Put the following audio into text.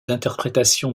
interprétations